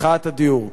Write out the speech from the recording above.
מחאת הדיור.